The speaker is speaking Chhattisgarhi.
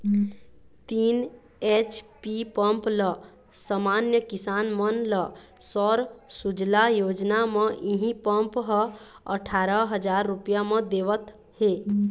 तीन एच.पी पंप ल समान्य किसान मन ल सौर सूजला योजना म इहीं पंप ह अठारा हजार रूपिया म देवत हे